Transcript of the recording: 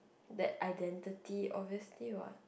that identity obviously what